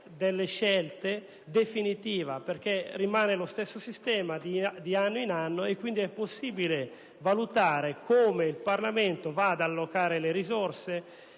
delle scelte: rimane infatti lo stesso sistema di anno in anno e quindi è possibile valutare come il Parlamento va ad allocare le risorse,